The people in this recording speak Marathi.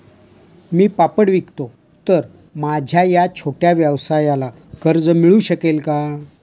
मी पापड विकतो तर माझ्या या छोट्या व्यवसायाला कर्ज मिळू शकेल का?